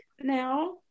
now